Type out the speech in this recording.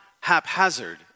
haphazard